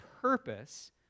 purpose